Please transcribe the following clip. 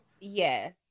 yes